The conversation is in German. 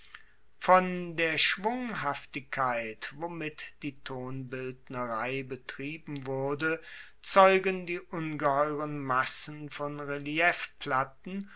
von der schwunghaftigkeit womit die tonbildnerei betrieben wurde zeugen die ungeheuren massen von reliefplatten